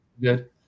good